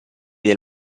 del